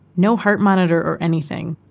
no heart monitor or anything.